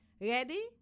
Ready